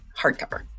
hardcover